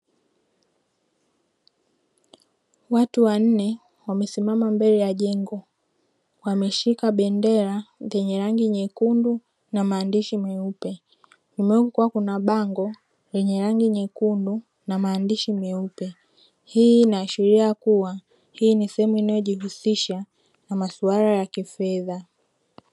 Watu wanne wamesimama mbele ya jengo wameshika bendera zenye rangi nyekundu na maandishi meupe, nyuma yao kukiwa na bango lenye rangi nyekundu na maandishi meupe, hii inaashiria kuwa hii ni sehemu inayojihusisha na masuala ya kifedha.